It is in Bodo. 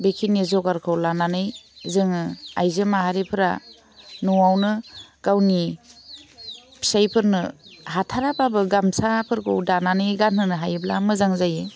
बेखिनि जगारखौ लानानै जोङो आइजो माहारिफोरा न'वावनो गावनि फिसाइफोरनो हाथाराबाबो गामसाफोरखौ दानानै गानहोनो हायोब्ला मोजां जायो